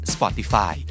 Spotify